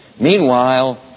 Meanwhile